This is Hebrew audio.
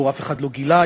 פה אף אחד לא גילה.